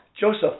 Joseph